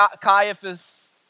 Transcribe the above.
Caiaphas